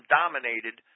dominated